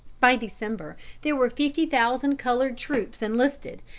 by december there were fifty thousand colored troops enlisted,